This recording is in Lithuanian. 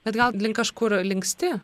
bet gal link kažkur linksti